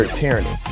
tyranny